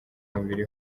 mubiri